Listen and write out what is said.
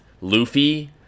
Luffy